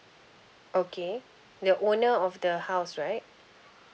okay the owner of the house right